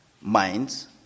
minds